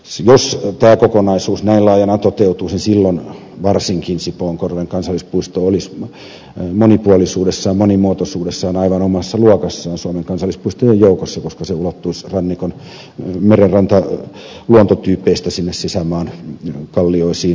jos tämä kokonaisuus näin laajana toteutuisi silloin varsinkin sipoonkorven kansallispuisto olisi moni puolisuudessaan monimuotoisuudessaan aivan omassa luokassaan suomen kansallispuistojen joukossa koska se ulottuisi rannikon merenrantaluontotyypeistä sinne sisämaan kallioisiin metsiin saakka